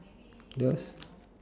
yes